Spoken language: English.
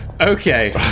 Okay